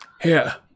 Here